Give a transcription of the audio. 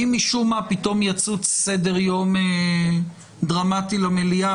אם משום מה פתאום יצוץ סדר יום דרמטי למליאה,